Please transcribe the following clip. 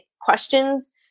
questions